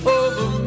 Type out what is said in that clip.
over